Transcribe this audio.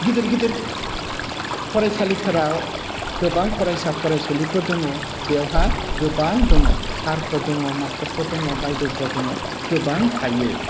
गिदिर गिदिर फरायसालिफोराव गोबां फरायसा फरायसुलिफोर दङ बेवहाय गोबां दङ सारफोर दङ मास्टारफोर दङ बायद'फोर दङ गोबां थायो